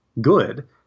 good